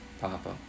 Papa